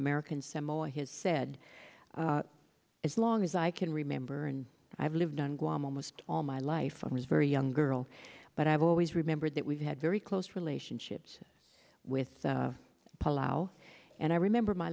american samoa has said as long as i can remember and i've lived on guam almost all my life i was very young girl but i've always remembered that we've had very close relationships with the pull out and i remember my